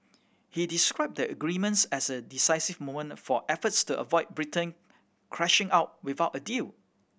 he described the agreements as a decisive moment for efforts to avoid Britain crashing out without a deal